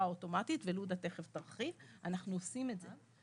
אוטומטית לודה תיכף תרחיב אנחנו עושים את זה.